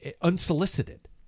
unsolicited